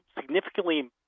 significantly